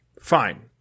Fine